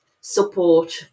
support